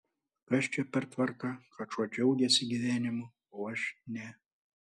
kas čia per tvarka kad šuo džiaugiasi gyvenimu o aš ne